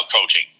coaching